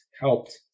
helped